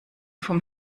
vom